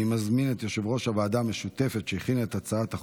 אני מזמין את יושב-ראש הוועדה המשותפת שהכינה את הצעת החוק,